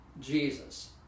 Jesus